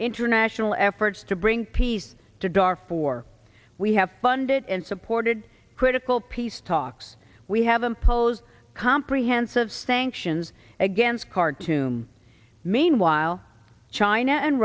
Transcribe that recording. international efforts to bring peace to dar for we have funded and supported critical peace talks we have imposed comprehensive sanctions against khartoum meanwhile china and